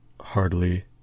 hardly